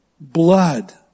blood